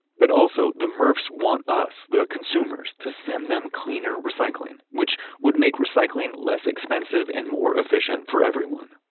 but also the mrfs want us, the consumers, to send them cleaner recycling. which would make recycling less expensive and more efficient for everyone.